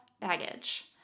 baggage